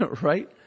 right